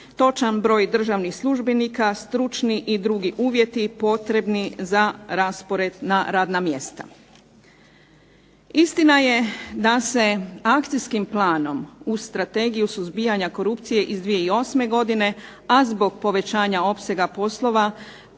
točan broj državnih službenika, stručnih i drugi uvjeti potrebni za raspored na radna mjesta. Istina je da se akcijskim planom uz Strategiju suzbijanja korupcije iz 2008. godine, a zbog povećanja opsega poslova